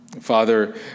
Father